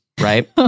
right